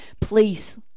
Please